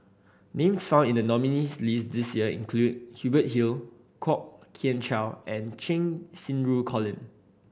names found in the nominees' list this year include Hubert Hill Kwok Kian Chow and Cheng Xinru Colin